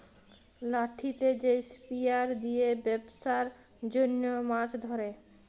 লাঠিতে যে স্পিয়ার দিয়ে বেপসার জনহ মাছ ধরে